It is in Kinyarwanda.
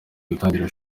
gutangira